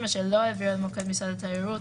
שאנחנו מכירים כבר היטב מכל התקופה בכנסת הקודמת.